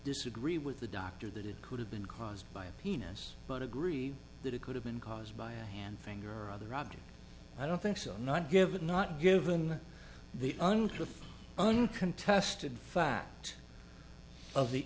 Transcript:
disagree with the doctor that it could have been caused by a penis but agree that it could have been caused by a hand finger or other object i don't think so not given not given the untruth uncontested fact of the